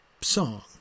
song